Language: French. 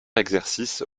exercice